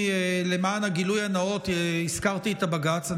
למען הגילוי הנאות אני רק אומר שהזכרתי את בג"ץ,